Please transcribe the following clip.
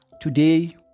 today